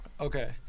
okay